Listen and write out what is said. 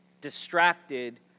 distracted